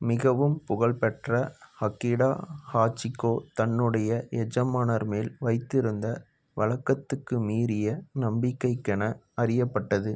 மிகவும் புகழ் பெற்ற அகிடா ஹாச்சிக்கோ தன்னுடைய எஜமானர் மேல் வைத்திருந்த வழக்கத்துக்கு மீறிய நம்பிக்கைக்கென அறியப்பட்டது